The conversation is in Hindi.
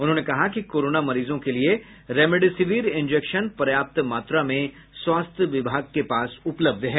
उन्होंने कहा कि कोरोना मरीजों के लिए रेमडेसिविर इंजेक्शन पर्याप्त मात्रा में स्वास्थ्य विभाग के पास उपलब्ध है